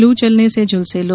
लू चलने से झुलसे लोग